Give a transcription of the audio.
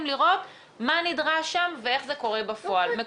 לראות מה נדרש שם ואיך זה קורה בפועל,